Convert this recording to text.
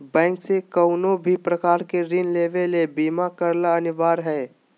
bank से कउनो भी प्रकार के ऋण लेवे ले बीमा करला अनिवार्य हय